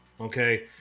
Okay